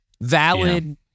valid